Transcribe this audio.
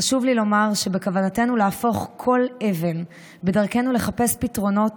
חשוב לי לומר שבכוונתנו להפוך כל אבן בדרכנו לחפש פתרונות